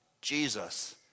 Jesus